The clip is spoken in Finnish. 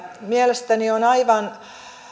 mielestäni on aivan